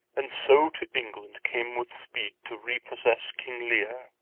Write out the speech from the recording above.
and so to england came with speed, to repossesse king leir,